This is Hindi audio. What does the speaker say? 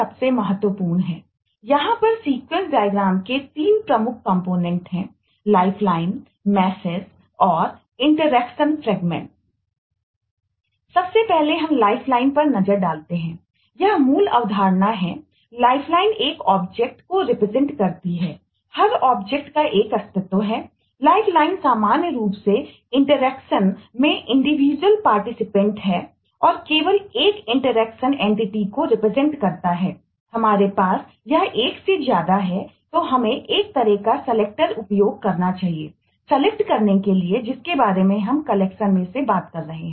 सबसे पहले हम लाइफलाइन में से बात कर रहे हैं